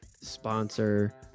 sponsor